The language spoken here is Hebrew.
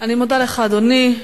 אני מודה לך, אדוני.